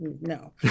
no